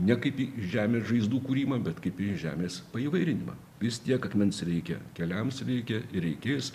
ne kaip į žemės žaizdų kūrimą bet kaip į žemės paįvairinimą vis tiek akmens reikia keliams reikia ir reikės